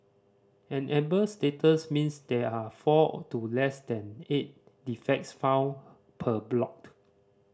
an amber status means there are four to less than eight defects found per block